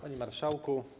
Panie Marszałku!